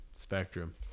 Spectrum